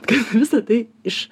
kad visa tai iš